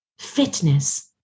fitness